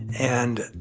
and